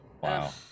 Wow